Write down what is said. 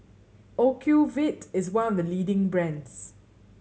Ocuvite is one of the leading brands